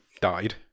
died